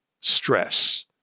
stress